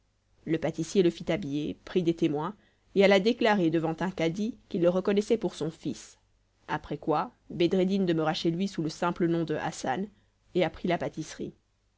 le pâtissier le fit habiller prit des témoins et alla déclarer devant un cadi qu'il le reconnaissait pour son fils après quoi bedreddin demeura chez lui sous le simple nom de hassan et apprit la pâtisserie